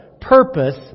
purpose